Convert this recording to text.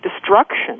destruction